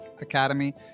Academy